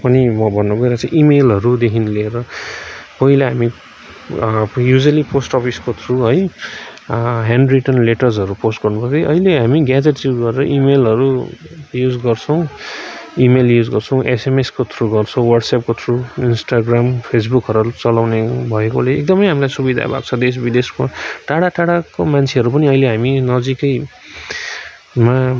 पनि म भन्नु गइरेहको छु इमेलहरूदेखि लिएर पहिला हामी युजल्ली पोस्ट अफिसको थ्रु है ह्यान्ड रिटन लेटर्सहरू पोस्ट गर्नुपर्थ्यो अहिले हामी ग्याजेट युज गरेर इमेलहरू युज गर्छौँ इमेल युज गर्छौँ एसएमएसको थ्रु गर्छौँ वाट्सएपको थ्रु इन्स्टाग्राम फेसबुकहरू चलाउने भएकोले एकदमै हामीलाई सुविधा भएको छ देश विदेशको टाढा टाढाको मान्छेहरू पनि अहिले हामी नजिकैमा